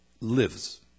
lives